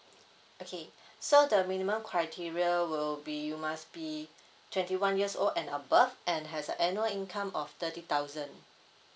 okay so the minimum criteria will be you must be twenty one years old and above and has a annual income of thirty thousand